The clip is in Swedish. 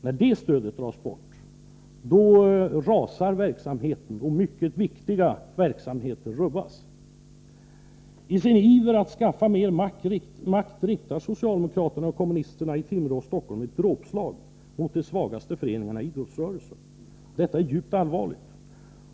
När det stödet dras in upphör verksamheten, och mycket viktiga verksamheter hindras. I sin iver att skaffa mer makt riktar socialdemokraterna och kommunisterna i Timrå och Stockholm ett dråpslag mot de svagaste föreningarna inom idrottsrörelsen. Detta är djupt allvarligt.